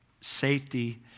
safety